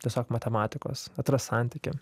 tiesiog matematikos atrast santykį